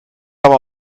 aber